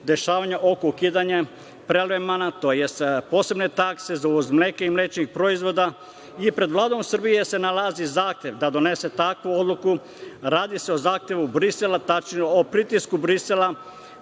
dešavanja oko ukidanja prelevmana, tj. posebne takse za uvoz mleka i mlečnih proizvoda. Pred Vladom Srbije se nalazi zahtev da donese takvu odluku. Radi se o zahtevu Brisela, tačnije o pritisku Briselu